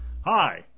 Hi